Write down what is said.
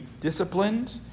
disciplined